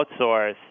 outsource